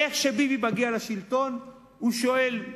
איך שביבי מגיע לשלטון הוא שואל: